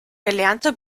gelernte